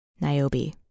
Niobe